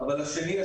אבל השני,